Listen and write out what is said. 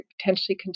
potentially